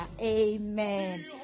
Amen